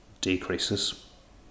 decreases